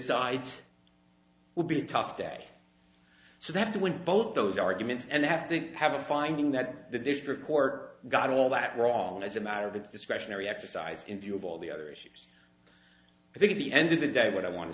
would be a tough day so they have to win both those arguments and have to have a finding that the district court got all that wrong as a matter of its discretionary exercise in view of all the others i think at the end of the day what i want to